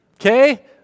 Okay